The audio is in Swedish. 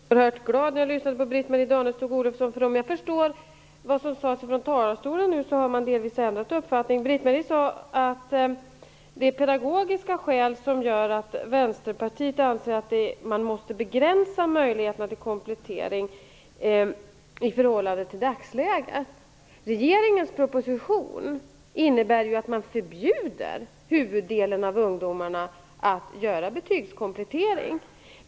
Herr talman! Jag blev oerhört glad när jag lyssnade till Britt-Marie Danestig-Olofsson. Om jag förstod vad som nu sades från talarstolen rätt har man delvis ändrat uppfattning. Britt-Marie Danestig-Olofsson sade att det är pedagogiska skäl som gör att Vänsterpartiet anser att man måste begränsa möjligheterna till komplettering i förhållande till dagsläget. Regeringens proposition innebär ju att man förbjuder huvuddelen av ungdomarna att göra betygskomplettering.